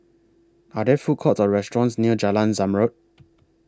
Are There Food Courts Or restaurants near Jalan Zamrud